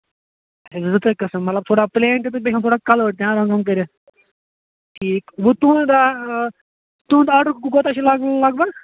زٕ ترٛےٚ قٔسٕم مطلب تھوڑا پٔلین تہِ تہٕ بیٚیہِ یِم تھوڑا کَلٲرڈ رنٛگ ونٛگ کٔرِتھ ٹھیٖک تُہُنٛد آرڈر کوتاہ چھُ لگ بھگ